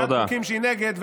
בעד חוקים שהיא נגד,